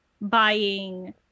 Buying